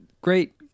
Great